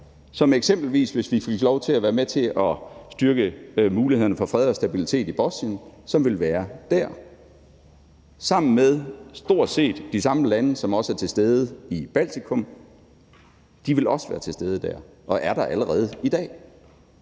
som eksempelvis, hvis vi fik lov til at være med til at styrke mulighederne for fred og stabilitet i Bosnien, vil være der sammen med stort set de samme lande, som også er til stede i Baltikum. De vil også være til stede dér og er der allerede i dag.